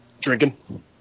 Drinking